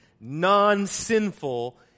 non-sinful